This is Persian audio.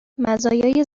مزایای